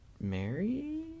Mary